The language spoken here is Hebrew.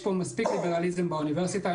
יש מספיק ליברליזם באוניברסיטה,